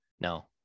No